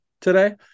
today